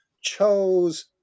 chose